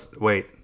wait